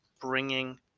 bringing